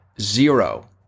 zero